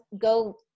go